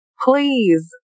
please